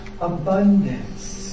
abundance